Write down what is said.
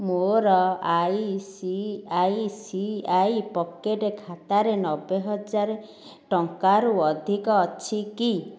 ମୋର ICICI pocket ଖାତାରେ ନବେ ହଜାର ଟଙ୍କାରୁ ଅଧିକ ଅଛି କି